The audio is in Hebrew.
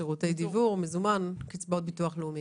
שירותי דיוור, מזומן, קצבאות ביטוח לאומי.